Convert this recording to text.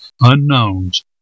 unknowns